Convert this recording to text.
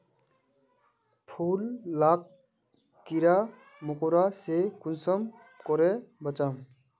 फूल लाक कीड़ा मकोड़ा से कुंसम करे बचाम?